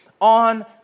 on